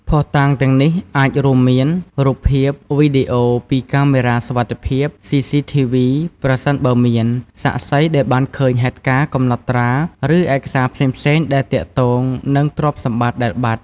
ភស្តុតាងទាំងនេះអាចរួមមាន រូបភាព វីដេអូពីកាមេរ៉ាសុវត្ថិភាព ស៊ីស៊ីធីវី ប្រសិនបើមាន សាក្សីដែលបានឃើញហេតុការណ៍កំណត់ត្រា ឬឯកសារផ្សេងៗដែលទាក់ទងនឹងទ្រព្យសម្បត្តិដែលបាត់។